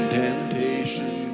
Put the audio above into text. temptation